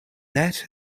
net